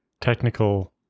technical